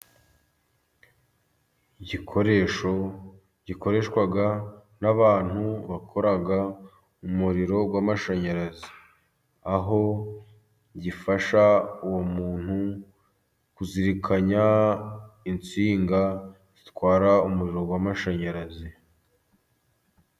Igikoresho gikoreshwa n'abantu bakora umuriro w'amashanyarazi, aho gifasha uwo muntu kuzirikanya insinga zitwara umuriro w'amashanyarazi.